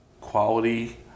quality